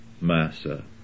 Massa